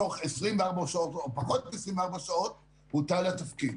תוך 24 שעות או פחות מ-24 שעות הוטל התפקיד.